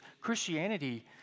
Christianity